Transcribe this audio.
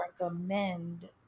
recommend